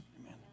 Amen